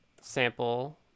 sample